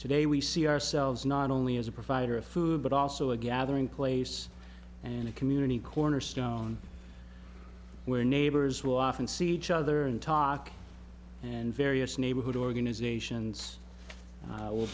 today we see ourselves not only as a provider of food but also a gathering place and a community cornerstone where neighbors will often see each other and talk and various neighborhood organizations